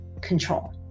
control